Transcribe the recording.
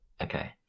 Okay